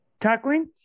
tackling